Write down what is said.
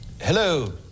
Hello